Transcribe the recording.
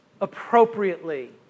appropriately